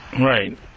right